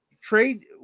Trade